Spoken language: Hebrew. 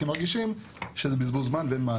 כי הם מרגישים שזה בזבוז זמן ואין מענה.